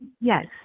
Yes